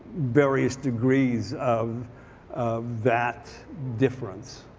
various degrees of of that difference.